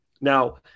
Now